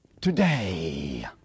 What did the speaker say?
Today